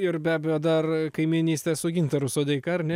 ir be abejo dar kaimynystė su gintaru sodeika ar ne